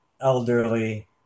elderly